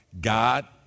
God